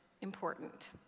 important